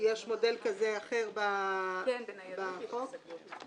יש מודל כזה אחר בחוק היום.